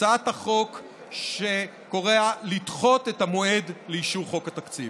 הצעת החוק שקוראת לדחות את המועד לאישור חוק התקציב.